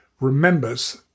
remembers